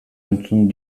entzun